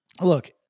Look